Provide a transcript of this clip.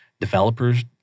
Developers